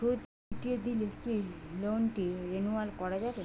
সুদ মিটিয়ে দিলে কি লোনটি রেনুয়াল করাযাবে?